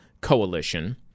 Coalition